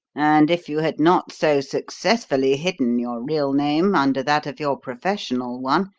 and if you had not so successfully hidden your real name under that of your professional one,